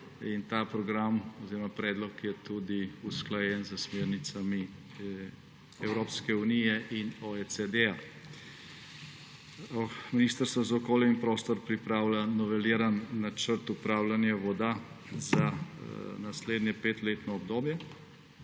2022–2027. Ta predlog je tudi usklajen s smernicami Evropske unije in OECD. Ministrstvo za okolje in prostor pripravlja noveliran načrt upravljanja voda za naslednje petletno obdobje